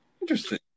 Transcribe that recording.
interesting